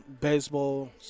baseball